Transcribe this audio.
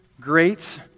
great